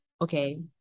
Okay